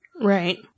Right